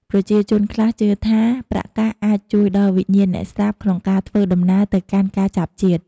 ប្រជាជនខ្លះជឿថា ប្រាក់កាក់អាចជួយដល់វិញ្ញាណអ្នកស្លាប់ក្នុងការធ្វើដំណើរទៅកាន់ការចាប់ជាតិ។